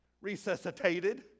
resuscitated